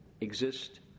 exist